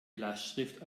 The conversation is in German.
lastschrift